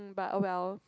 but !oh well!